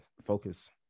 Focus